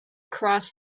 crossed